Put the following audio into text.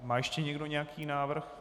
Má ještě někdo nějaký návrh?